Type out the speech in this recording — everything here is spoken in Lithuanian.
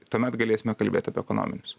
tuomet galėsime kalbėt apie ekonominius